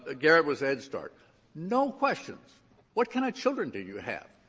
ah garrett was head start no questions what kind of children do you have,